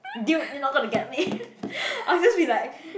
dude you not gonna get me I'll just be like